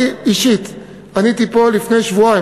אני אישית עליתי פה לפני שבועיים,